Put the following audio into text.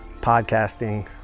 podcasting